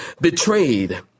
betrayed